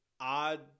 odd